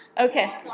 Okay